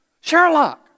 Sherlock